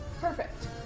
Perfect